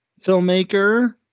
filmmaker